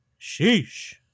Sheesh